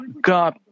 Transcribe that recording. God